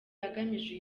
agamije